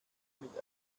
mit